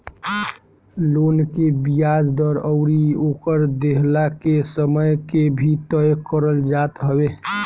loan के बियाज दर अउरी ओकर देहला के समय के भी तय करल जात हवे